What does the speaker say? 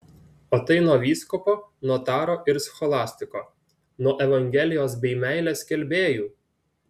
o tai nuo vyskupo notaro ir scholastiko nuo evangelijos bei meilės skelbėjų